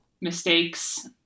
mistakes